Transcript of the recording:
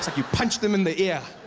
like you punched them in the ear.